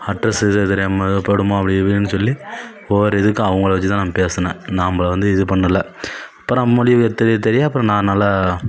address இது தெரியாமல் எதோ போய்விடுவோமோ அப்படி இப்படின்னு சொல்லி ஒவ்வொரு இதுக்கும் அவங்கள வச்சி தான் நான் பேசுனேன் நம்ப வந்து இது பண்ணுல்ல அப்புறோம் மொழி தெரிய தெரிய அப்புறோம் நான் நல்ல